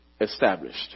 established